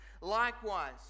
Likewise